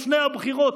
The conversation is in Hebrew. לפני הבחירות,